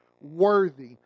worthy